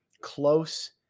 close